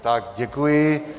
Tak děkuji.